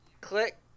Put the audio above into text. click